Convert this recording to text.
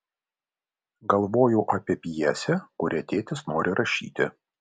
galvojau apie pjesę kurią tėtis nori rašyti